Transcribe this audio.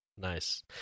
Nice